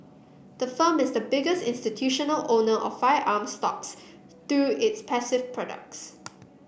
the firm is the biggest institutional owner of firearms stocks through its passive products